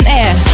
air